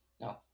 no